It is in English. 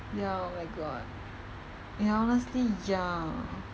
ya oh my god eh honestly ya